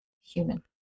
human